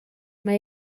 mae